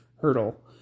hurdle